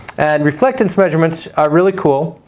and reflectance measurements are really cool.